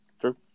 True